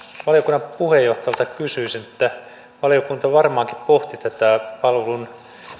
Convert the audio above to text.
valiokunnan puheenjohtajalta kysyisin että kun valiokunta varmaankin pohti tätä palvelun